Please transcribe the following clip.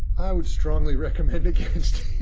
i would strongly recommend against it.